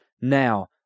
Now